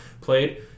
played